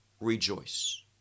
rejoice